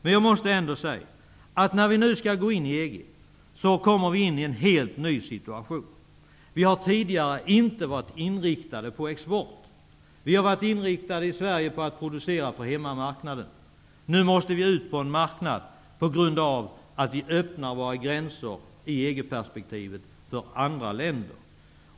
Men jag måste ändå säga att vi, nu när vi skall gå in i EG, kommer in i en helt ny situation. Vi har tidigare inte varit inriktade på export. I Sverige har vi varit inriktade på att producera för hemmamarknaden. Nu måste vi ut på en större marknad på grund av att vi i ett EG-perspektiv öppnar våra gränser för andra länder.